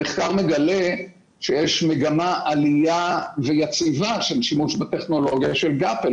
המחקר מגלה שיש מגמת עלייה יציבה של שימוש בטכנולוגיה של גאפל,